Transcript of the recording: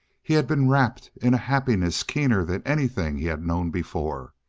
he had been wrapped in a happiness keener than anything he had known before.